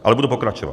Ale budu pokračovat.